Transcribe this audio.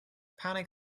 panic